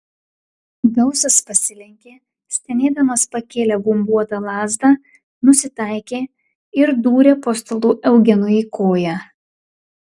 gausas pasilenkė stenėdamas pakėlė gumbuotą lazdą nusitaikė ir dūrė po stalu eugenui į koją